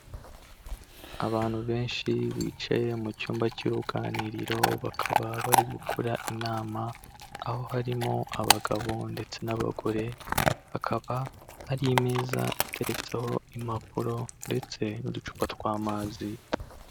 Abantu benshi bicaye mu cyumba cy'uruganiriro, bakaba bari gukora inama, aho harimo abagabo ndetse n'abagore, hakaba hari imeza iteretseho impapuro, ndetse n'uducupa tw'amazi.